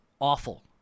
awful